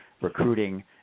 recruiting